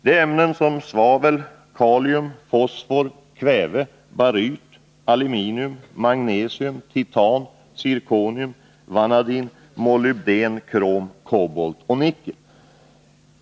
Det är ämnen som svavel, kalium, fosfor, kväve, baryt, aluminium, magnesium, titan, zirkonium, vanadin, molybden, krom, kobolt och nickel.